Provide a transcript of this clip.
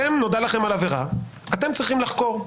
נודע לכם על עבירה, אתם צריכים לחקור.